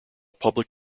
public